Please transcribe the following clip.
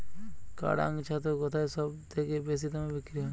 কাড়াং ছাতু কোথায় সবথেকে বেশি দামে বিক্রি হয়?